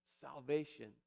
salvation